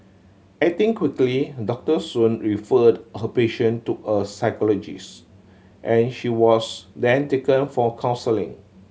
acting quickly Doctor Soon referred her patient to a psychologist and she was then taken for counselling